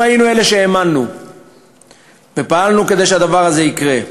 אנחנו היינו מי שהאמין ופעל כדי שהדבר הזה יקרה.